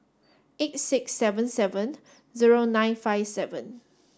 eight six seven seven zero nine five seven